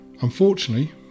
Unfortunately